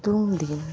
ᱥᱤᱛᱩᱝᱫᱤᱱ